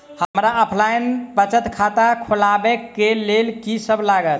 हमरा ऑफलाइन बचत खाता खोलाबै केँ लेल की सब लागत?